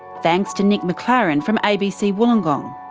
thanks to nick mclaren from abc wollongong,